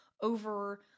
over